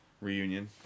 Reunion